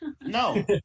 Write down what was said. No